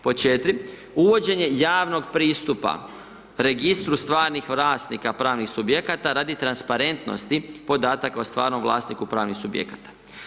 Pod 4. uvođenje javnog pristupa Registru stvarnih vlasnika pravnih subjekata radi transparentnosti podataka o stvarnom vlasniku pravnih subjekata.